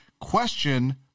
question